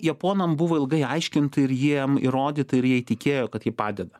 japonam buvo ilgai aiškinta ir jiem įrodyta ir jie įtikėjo kad ji padeda